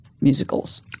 musicals